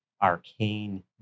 arcane